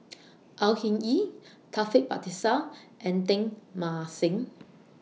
Au Hing Yee Taufik Batisah and Teng Mah Seng